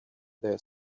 their